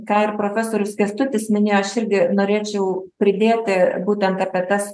ką ir profesorius kęstutis minėjo aš irgi norėčiau pridėti būtent apie tas